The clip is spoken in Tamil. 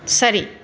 சரி